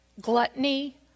gluttony